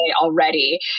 already